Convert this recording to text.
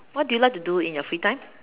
what do you like to do in your free time